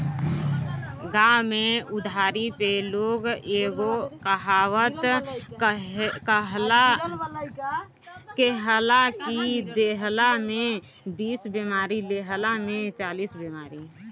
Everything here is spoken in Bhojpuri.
गांव में उधारी पे लोग एगो कहावत कहेला कि देहला में बीस बेमारी, लेहला में चालीस बेमारी